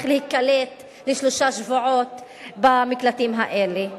להיקלט לשלושה שבועות במקלטים האלה.